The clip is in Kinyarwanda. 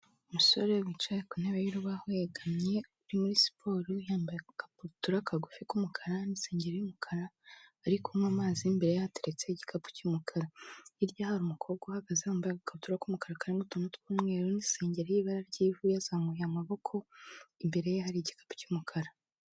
Umusore wicaye ku ntebe y'urubaho yegamye, uri muri siporo yambaye agakabutura kagufi k'umukara n'isengeri y'umukara, ari kunywa amazi n'imbere ye hateretse igikapu cy'umukara. Hirya hari umukobwa uhagaze wambaye agakabutura k'umukara karimo utuntu tw'umweru n'isengeri y'ibara ry'ivu yazamuye amaboko, imbere ye hari igikapu cy'umukara.